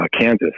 Kansas